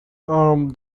arm